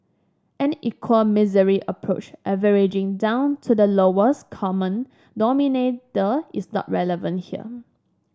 an equal misery approach averaging down to the lowest common denominator is not relevant here